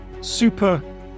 super